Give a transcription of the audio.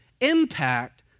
impact